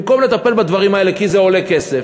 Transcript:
במקום לטפל בדברים האלה כי זה עולה כסף,